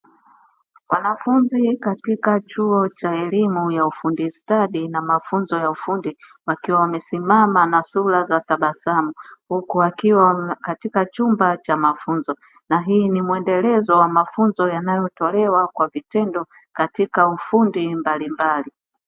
Wanafunzi katika chuo cha elimu ya ufundi stadi na mafunzo ya ufundi wakiwa wamesimama na sura za tabasamu huku akiwa katika chumba cha mafunzo na hii ni mwendelezo wa mafunzo yanayotolewa kwa vitendo katika ufundi mbalimbali.